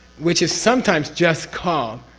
which is sometimes just called.